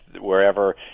wherever